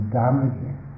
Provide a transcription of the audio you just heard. damaging